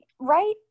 Right